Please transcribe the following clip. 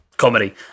comedy